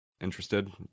interested